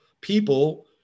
people